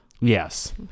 Yes